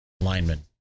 lineman